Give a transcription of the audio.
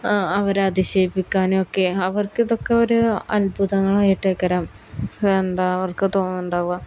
അവരധക്ഷേപിക്കാനൊക്കെ അവർക്കിതൊക്കെ ഒരു അത്ഭുതങ്ങളായിട്ടേക്കരം എന്താ അവർക്ക് തോന്നുന്നുണ്ടാകുക